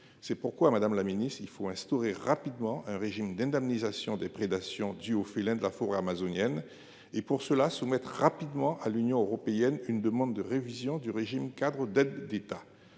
C’est pourquoi il faut instaurer rapidement un régime d’indemnisation des prédations dues aux félins de la forêt amazonienne et, pour cela, soumettre rapidement à l’Union européenne une demande de révision du régime cadre d’aides d’État.